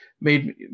made